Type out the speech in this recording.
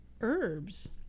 herbs